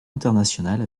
internationale